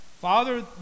Father